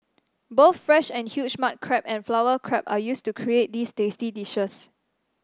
both fresh and huge mud crab and flower crab are used to create these tasty dishes